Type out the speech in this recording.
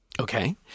Okay